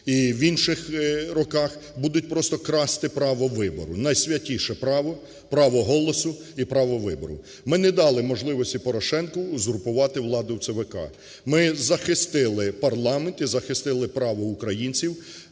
і в інших роках, будуть просто красти право вибору, найсвятіше право, право голосу і право вибору. Ми не дали можливості Порошенку узурпувати владу в ЦВК. Ми захистили парламент і захистили право українців